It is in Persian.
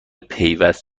پیوست